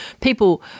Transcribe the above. people